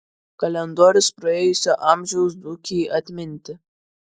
kalendorius praėjusio amžiaus dzūkijai atminti